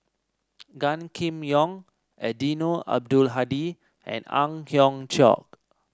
Gan Kim Yong Eddino Abdul Hadi and Ang Hiong Chiok